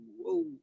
whoa